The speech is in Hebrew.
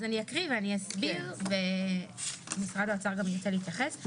אני אקריא ואסביר ומשרד האוצר גם ירצה להתייחס.